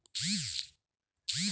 उसाला ठिबक सिंचन करावे का?